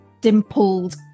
dimpled